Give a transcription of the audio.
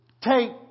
take